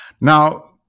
now